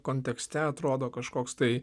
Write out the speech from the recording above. kontekste atrodo kažkoks tai